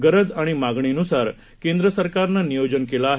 गरज आणि मागणीनुसार केंद्र सरकारनं नियोजन केलं आहे